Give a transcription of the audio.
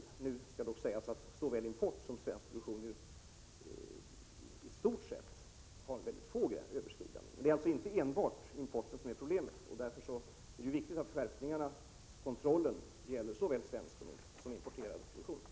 Nu skall det dock framhållas att såväl import som svensk produktion i stort sett uppvisar mycket få överskridanden. Det är alltså inte enbart importen som är ett problem. Därför är det viktigt att skärpningen av kontrollen gäller såväl svensk produktion som import.